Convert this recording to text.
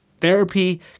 Therapy